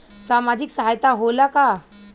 सामाजिक सहायता होला का?